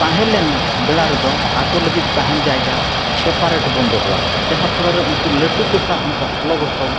ᱛᱟᱦᱮᱸᱞᱮᱱ ᱵᱮᱲᱟ ᱨᱮᱫᱚ ᱟᱠᱚ ᱞᱟᱹᱜᱤᱫ ᱛᱟᱦᱮᱱ ᱡᱟᱭᱜᱟ ᱥᱮᱯᱟᱨᱮᱴᱵᱚᱱ ᱫᱚᱦᱚᱣᱟᱠᱚᱣᱟ ᱡᱟᱦᱟᱸ ᱯᱷᱚᱲᱚᱨᱮ ᱩᱱᱠᱩ ᱞᱟᱹᱴᱩ ᱠᱚ ᱥᱟᱣ ᱚᱱᱠᱟ ᱥᱚᱞᱚᱜᱷᱚᱴᱚ